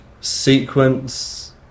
sequence